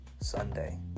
Sunday